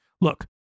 Look